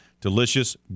Delicious